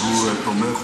שהוא תומך,